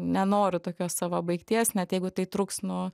nenoriu tokios savo baigties net jeigu tai truks nu